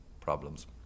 problems